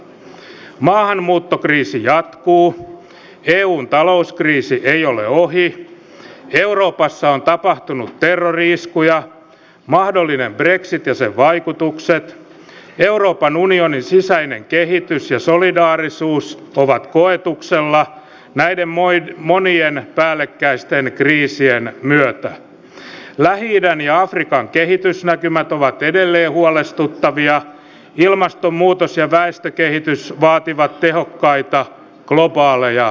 maahanmuuttokriisi jatkuu eun talouskriisi ei ole ohi euroopassa on tapahtunut terrori iskuja mahdollinen brexit ja sen vaikutukset euroopan unionin sisäinen kehitys ja solidaarisuus ovat koetuksella näiden monien päällekkäisten kriisien myötä lähi idän ja afrikan kehitysnäkymät ovat edelleen huolestuttavia ilmastonmuutos ja väestökehitys vaativat tehokkaita globaaleja toimia